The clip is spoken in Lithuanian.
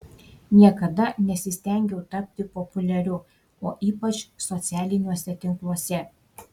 niekada nesistengiau tapti populiariu o ypač socialiniuose tinkluose